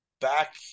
back